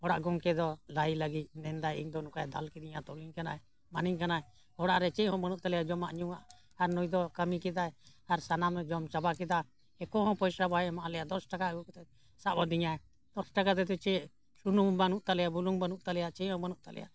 ᱚᱲᱟᱜ ᱜᱚᱢᱠᱮ ᱫᱚ ᱞᱟᱹᱭ ᱞᱟᱹᱜᱤᱫ ᱢᱮᱱᱫᱟᱭ ᱤᱧᱫᱚ ᱱᱚᱝᱠᱟᱭ ᱫᱟᱞ ᱠᱤᱫᱤᱧᱟ ᱛᱚᱞᱤᱧ ᱠᱟᱱᱟᱭ ᱢᱟᱱᱤᱧ ᱠᱟᱱᱟᱭ ᱚᱲᱟᱜ ᱨᱮ ᱪᱮᱫᱦᱚᱸ ᱵᱟᱹᱱᱩᱜ ᱛᱟᱞᱮᱭᱟ ᱡᱚᱢᱟᱜ ᱧᱩᱣᱟᱜ ᱟᱨ ᱱᱩᱭᱫᱚ ᱠᱟᱹᱢᱤ ᱠᱮᱫᱟᱭ ᱟᱨ ᱥᱟᱱᱟᱢᱮ ᱡᱚᱢ ᱪᱟᱵᱟ ᱠᱮᱫᱟ ᱮᱠᱴᱩ ᱦᱚᱸ ᱯᱚᱭᱥᱟ ᱵᱟᱭ ᱮᱢᱟᱜ ᱞᱮᱭᱟ ᱫᱚᱥ ᱴᱟᱠᱟ ᱟᱹᱜᱩ ᱠᱟᱛᱮᱫ ᱥᱟᱵ ᱟᱹᱫᱤᱧᱟᱭ ᱫᱚᱥ ᱴᱟᱠᱟ ᱛᱮᱫᱚ ᱪᱮᱫ ᱥᱩᱱᱩᱢ ᱵᱟᱹᱱᱩᱜ ᱛᱟᱞᱮᱭᱟ ᱵᱩᱞᱩᱝ ᱵᱟᱹᱱᱩᱜ ᱛᱟᱞᱮᱭᱟ ᱪᱮᱫᱦᱚᱸ ᱵᱟᱹᱱᱩᱜ ᱛᱟᱞᱮᱭᱟ